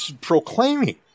proclaiming